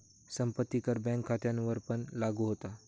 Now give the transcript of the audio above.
संपत्ती कर बँक खात्यांवरपण लागू होता